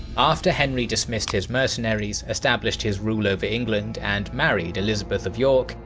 after henry dismissed his mercenaries, established his rule over england and married elizabeth of york,